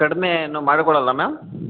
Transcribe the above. ಕಡಿಮೆ ಏನು ಮಾಡ್ಕೊಳೋಲ್ವ ಮ್ಯಾಮ್